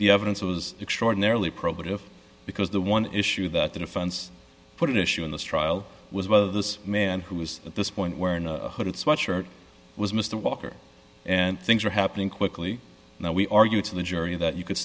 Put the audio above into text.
the evidence was extraordinarily probative because the one issue that the defense put issue in this trial was whether this man who was at this point where in a hooded sweatshirt was mr walker and things are happening quickly now we argue to the jury that you could